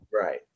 Right